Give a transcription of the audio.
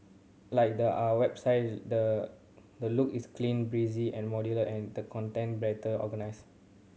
like the are website the the look is clean breezy and modular and the content better organised